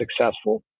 successful